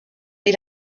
est